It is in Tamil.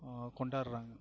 கொண்டாடுறாங்க